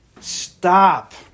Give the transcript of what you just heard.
stop